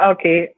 Okay